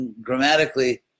grammatically